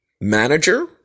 manager